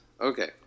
Okay